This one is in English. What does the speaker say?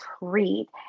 read